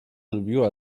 lubiła